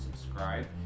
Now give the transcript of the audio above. subscribe